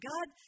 God